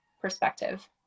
perspective